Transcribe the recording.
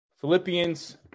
Philippians